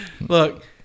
Look